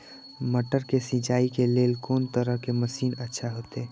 मटर के सिंचाई के लेल कोन तरह के मशीन अच्छा होते?